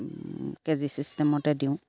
কে G চিষ্টেমতে দিওঁ